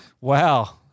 Wow